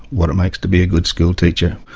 what it makes to be a good school teacher.